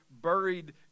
buried